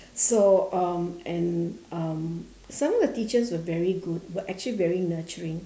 so um and um some of the teachers were very good were actually very nurturing